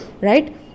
right